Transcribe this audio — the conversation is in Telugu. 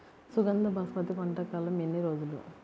సుగంధ బాస్మతి పంట కాలం ఎన్ని రోజులు?